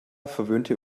verwöhnte